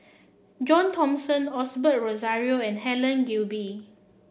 John Thomson Osbert Rozario and Helen Gilbey